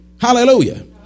Hallelujah